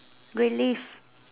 relief